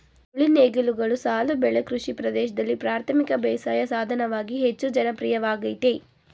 ಉಳಿ ನೇಗಿಲುಗಳು ಸಾಲು ಬೆಳೆ ಕೃಷಿ ಪ್ರದೇಶ್ದಲ್ಲಿ ಪ್ರಾಥಮಿಕ ಬೇಸಾಯ ಸಾಧನವಾಗಿ ಹೆಚ್ಚು ಜನಪ್ರಿಯವಾಗಯ್ತೆ